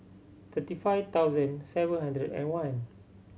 thirty five thousand seven hundred and one